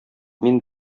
мин